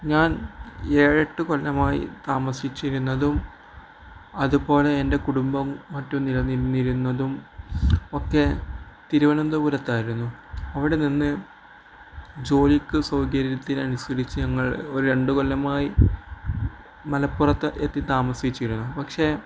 ഞാൻ ഏഴെട്ട് കൊല്ലമായി താമസിച്ചിരുന്നതും അതുപോലെ എൻ്റെ കുടുംബവും മറ്റും നിലനിന്നിരുന്നതുമൊക്കെ തിരുവനന്തപുരത്തായിരുന്നു അവിടെ നിന്ന് ജോലിക്ക് സൗകര്യത്തിനനുസരിച്ച് ഞങ്ങൾ ഒരു രണ്ട് കൊല്ലമായി മലപ്പുറത്തെത്തി താമസിച്ചിരുന്നു പക്ഷെ